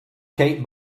kate